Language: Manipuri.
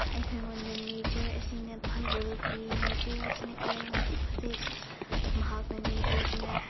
ꯑꯩꯈꯣꯏꯉꯣꯟꯗ ꯅꯦꯆꯔ ꯑꯁꯤꯅ ꯐꯖꯕ ꯄꯤ ꯅꯦꯆꯔ ꯑꯁꯤꯅ ꯀꯌꯥꯒꯤ ꯃꯇꯤꯛ ꯐꯖꯩ ꯍꯥꯏꯕꯁꯤ ꯃꯍꯥꯛꯅ ꯅꯦꯆꯔ ꯑꯁꯤꯅ